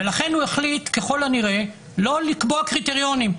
ולכן הוא החליט ככל הנראה לא לקבוע קריטריונים,